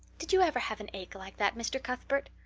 did you ever have an ache like that, mr. cuthbert?